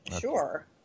sure